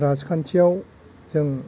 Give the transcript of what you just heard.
राजखान्थियाव जों